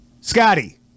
Scotty